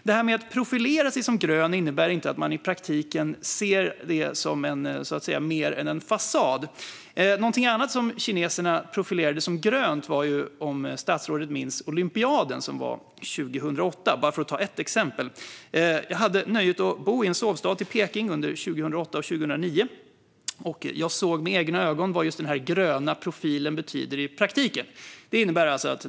Detta med att profilera sig som grön innebär i praktiken att man inte ser det som mer än en fasad. Något annat som kineserna profilerade som grönt var, om statsrådet minns, olympiaden 2008 - bara för att ta ett exempel. Jag hade nöjet att bo i en sovstad till Peking under 2008 och 2009 och såg med egna ögon vad den gröna profilen betydde i praktiken.